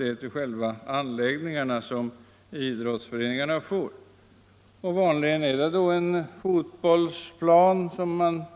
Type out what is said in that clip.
Det är till själva anläggningarna som idrottsföreningarna får stöd, och vanligen används pengarna då till en fotbollsplan samt